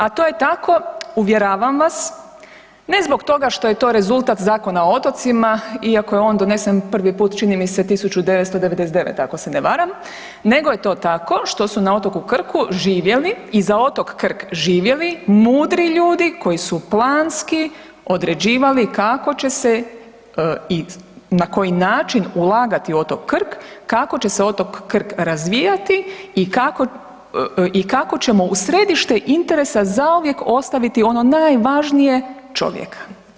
A to je tako uvjeravam vas ne zbog toga što je to rezultat Zakona o otocima iako je on donesen prvi put čini mi se 1999. ako se ne varam, nego je to tako što su na otoku Krku živjeli i za otok Krk živjeli mudri ljudi koji su planski određivali kako će i na koji način ulagati u otok Krk, kako će se otok Krk razvijati i kako, i kako ćemo u središte interesa zauvijek ostaviti ono najvažnije čovjeka.